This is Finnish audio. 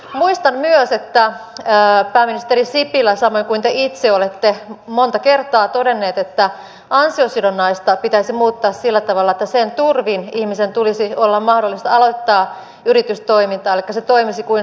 muistan myös pääministeri sipilä samoin kuin te itse olette monta kertaa todennut että ansiosidonnaista pitäisi muuttaa sillä tavalla että sen turvin ihmisen tulisi olla mahdollista aloittaa yritystoimintaa elikkä se toimisi kuin starttiraha